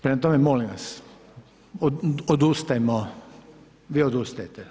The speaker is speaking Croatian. Prema tome molim vas, odustajmo, vi odustajete?